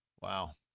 Wow